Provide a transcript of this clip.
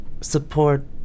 support